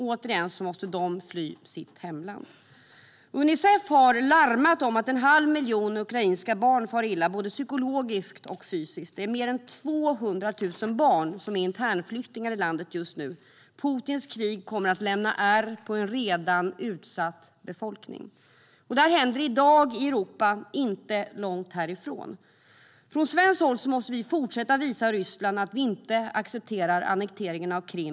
Återigen måste de fly sitt hemland. Unicef har larmat om att en halv miljon ukrainska barn far illa både psykologiskt och fysiskt. Mer än 200 000 barn är internflyktingar i landet just nu. Putins krig kommer att lämna ärr i en redan utsatt befolkning. Det här händer i dag, i Europa - inte långt härifrån. Från svenskt håll måste vi fortsätta visa Ryssland att vi inte accepterar annekteringen av Krim.